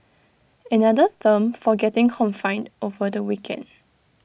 another term for getting confined over the weekend